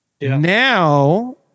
Now